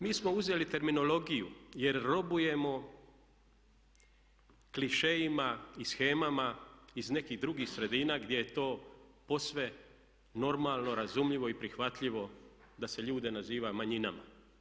Mi smo uzeli terminologiju jer robujemo klišejima i shemama iz nekih drugih sredina gdje je to posve normalno, razumljivo i prihvatljivo da se ljude naziva manjinama.